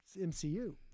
MCU